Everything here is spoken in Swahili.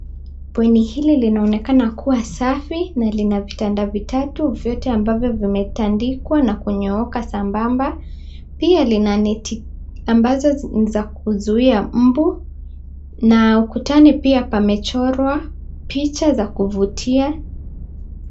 Bweni hili linaonekana kuwa safi na lina vitanda vitatu vyotevambavyo vimetandikwa na kunyooka sambamba. Pia lina neti ambazo ni za kuzuia mbu na ukutani pia pamechorwa picha za kuvutia.